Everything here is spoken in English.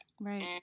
Right